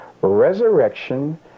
resurrection